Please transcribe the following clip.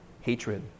hatred